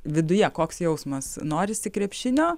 viduje koks jausmas norisi krepšinio